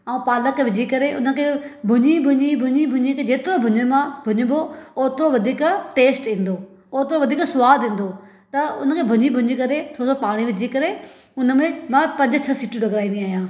ऐं पालक विझी करे उन खे भुञी भुञी भुञी भुञी जेतिरो भुञे मां भुञिबो ओतिरो वधीक टेस्ट ईंदो ओतिरो वधीक सवादु ईंदो त उन जे भुञी भुञी करे थोरो पाणी विझी करे हुन में मां पंज छह सीटियूं लॻवाईंदी आहियां